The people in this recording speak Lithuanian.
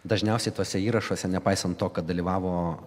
dažniausiai tuose įrašuose nepaisant to kad dalyvavo